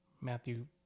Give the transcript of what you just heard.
Matthew